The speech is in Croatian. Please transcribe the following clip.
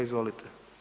Izvolite.